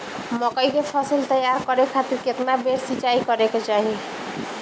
मकई के फसल तैयार करे खातीर केतना बेर सिचाई करे के चाही?